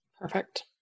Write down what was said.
Perfect